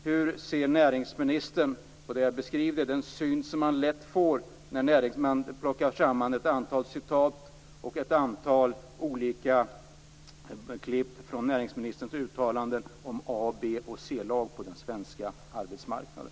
Hur ser näringsministern på det jag beskriver - den syn man lätt får när man plockar samman ett antal citat och ett antal olika klipp från näringsministerns uttalanden om A-, B och C-lag på den svenska arbetsmarknaden?